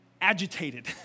agitated